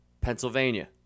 Pennsylvania